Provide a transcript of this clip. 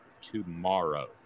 tomorrow